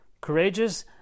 courageous